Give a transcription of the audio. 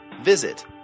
Visit